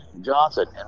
Johnson